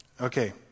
Okay